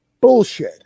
bullshit